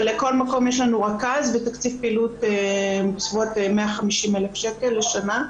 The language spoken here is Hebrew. אבל לכל מקום יש לנו רכז ותקציב פעילות בסביבות 150 אלף שקל לשנה.